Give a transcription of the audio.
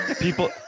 people